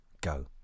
go